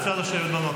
אפשר לשבת במקום.